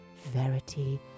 Verity